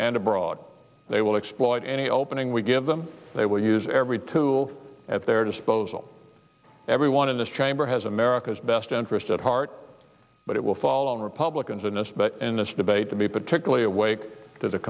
and abroad they will exploit any opening we give them they will use every tool at their disposal everyone in this chamber has america's best interest at heart but it will fall on republicans and us but in this debate to be particularly awake